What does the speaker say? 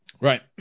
Right